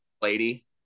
lady